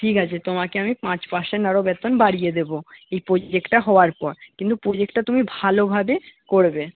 ঠিক আছে তোমাকে আমি পাঁচ পার্সেন্ট আরও বেতন বাড়িয়ে দেবো এই প্রোজেক্টটা হওয়ার পর কিন্তু প্রোজেক্টটা তুমি ভালোভাবে করবে